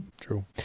True